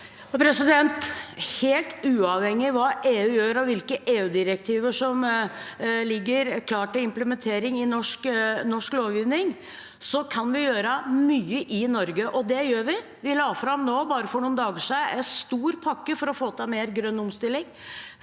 Helt uavhengig av hva EU gjør, og av hvilke EU-direktiver som ligger klare til implementering i norsk lovgivning, så kan vi gjøre mye i Norge – og det gjør vi. For bare noen dager siden la vi fram en stor pakke for å få til mer grønn omstilling,